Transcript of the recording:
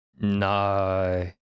no